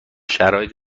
شرایط